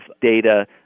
data